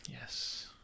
Yes